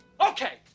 Okay